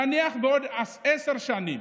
נניח בעוד עשר שנים